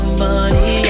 money